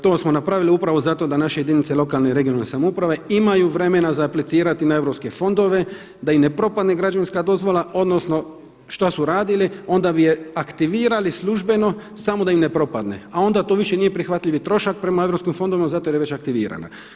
To smo napravili upravo zato da naše jedinice lokalne i regionalne samouprave imaju vremena za aplicirati na europske fondove da i ne propadne građevinska dozvola odnosno šta su radili onda bi je aktivirali službeno samo da im ne propadne, a onda to više nije prihvatljivi trošak prema europskim fondovima zato jer je već aktivirana.